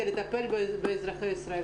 ולטפל באזרחי ישראל.